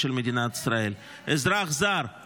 שזכיתי להעביר בזמנו כאן בבניין הזה לפני 13 שנה,